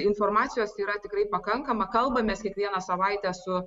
informacijos yra tikrai pakankama kalbamės kiekvieną savaitę su